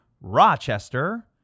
Rochester